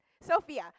Sophia